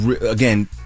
again